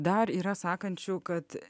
dar yra sakančių kad